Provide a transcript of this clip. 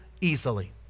easily